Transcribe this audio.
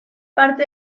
parte